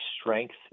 strength